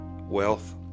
wealth